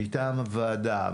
מטעם הוועדה,